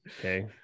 okay